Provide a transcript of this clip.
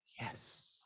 Yes